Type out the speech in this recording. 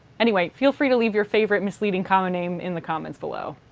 anyway, feel free to leave your favorite misleading common name in the comments below.